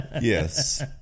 yes